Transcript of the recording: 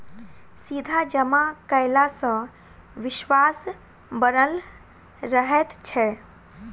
सीधा जमा कयला सॅ विश्वास बनल रहैत छै